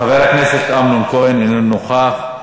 חבר הכנסת אמנון כהן, איננו נוכח,